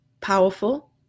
powerful